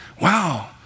wow